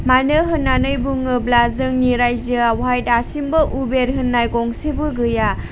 मानो होननानै बुङोब्ला जोंनि रायजोआवहाय दासिमबो उबेर होननाय गंसेबो गैया